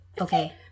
okay